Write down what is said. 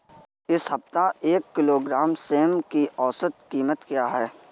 इस सप्ताह एक किलोग्राम सेम की औसत कीमत क्या है?